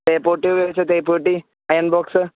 തേപ്പുപെട്ടി ഉപയോഗിച്ചാൽ തേപ്പുപെട്ടി iron box